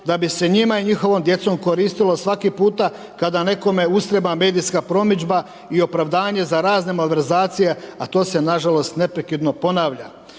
da bi se njima i njihovom djecom koristilo svaki puta kada nekome ustreba medijska promidžba i opravdanje za razne malverzacije a to se nažalost neprekidno ponavlja.